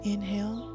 Inhale